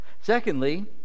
Secondly